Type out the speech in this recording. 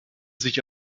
sich